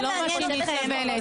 לא זאת הכוונה.